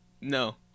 No